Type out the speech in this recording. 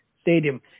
stadium